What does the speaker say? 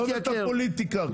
ביטון, מה הבאת פוליטיקה עכשיו?